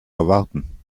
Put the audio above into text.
erwarten